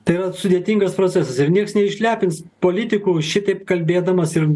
tai vat sudėtingas procesas ir nieks neišlepins politikų šitaip kalbėdamas ir